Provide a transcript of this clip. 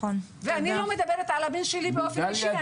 ואני לא מדברת על הבן שלי באופן אישי.